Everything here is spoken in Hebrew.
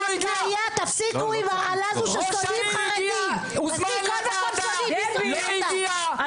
תפסיקו עם ההרעלה הזו ששונאים חרדים -- ראש העירייה לא הגיע,